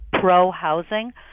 pro-housing